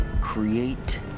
create